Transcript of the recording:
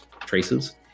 traces